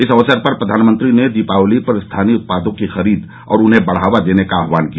इस अवसर पर प्रधानमंत्री ने दिवाली पर स्थानीय उत्पादों की खरीद और उन्हें बढ़ावा देने का आह्वान किया